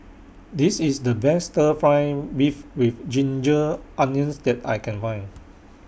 This IS The Best Stir Fry Beef with Ginger Onions that I Can Find